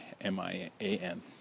M-I-A-N